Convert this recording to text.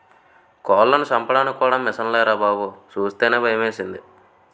కోళ్లను చంపడానికి కూడా మిసన్లేరా బాబూ సూస్తేనే భయమేసింది